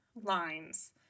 lines